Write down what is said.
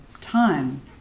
time